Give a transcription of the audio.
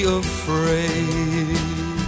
afraid